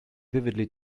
vividly